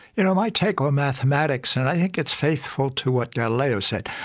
you know, my take on mathematics, and i think it's faithful to what galileo said,